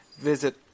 Visit